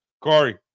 Corey